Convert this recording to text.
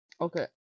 okay